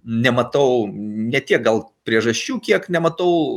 nematau ne tiek gal priežasčių kiek nematau